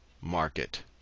market